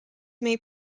may